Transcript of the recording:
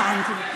הבנתי.